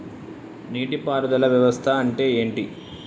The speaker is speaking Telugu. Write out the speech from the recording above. నీటి పారుదల వ్యవస్థ అంటే ఏంటి?